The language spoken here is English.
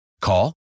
Call